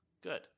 Good